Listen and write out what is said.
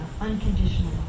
unconditional